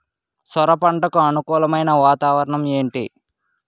సొర పంటకు అనుకూలమైన వాతావరణం ఏంటి?